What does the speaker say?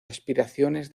aspiraciones